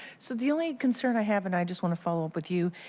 so the only concern i have. and i just want to follow up with you.